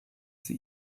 sie